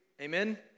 Amen